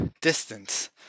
distance